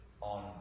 on